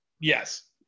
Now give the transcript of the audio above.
Yes